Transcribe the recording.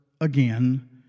again